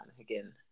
again